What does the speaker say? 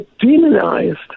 demonized